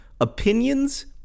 opinions